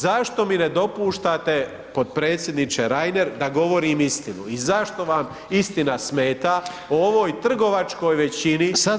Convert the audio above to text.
Zašto mi ne dopuštate potpredsjedniče Reiner da govorim istinu i zašto vam istina smeta o ovoj trgovačkoj većini koja.